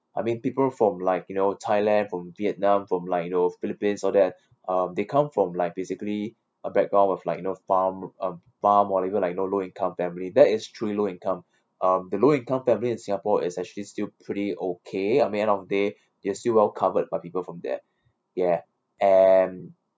I mean people from like you know thailand from vietnam from like you know philippines all that um they come from like basically a background of like know far um far module like you know low income family that is truly low income um the low income family in singapore is actually still pretty okay I mean end of day theyare still well covered by people from debt ya and